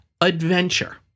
adventure